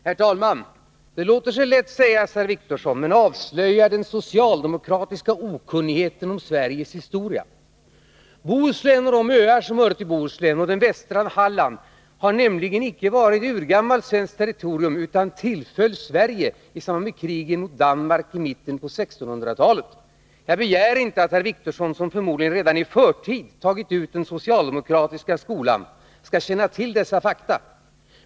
Herr talman! Det låter sig lätt sägas, herr Wictorsson, men det avslöjar den socialdemokratiska okunnigheten om Sveriges historia. Bohuslän och de öar som hör dit samt Halland har nämligen icke varit urgammalt svenskt territorium utan tillföll Sverige i samband med krigen mot Danmark i mitten på 1600-talet. Jag begär inte att herr Wictorsson, som förmodligen redan i förtid har utnyttjat det socialdemokratiska skolsystemet, skall känna till dessa fakta.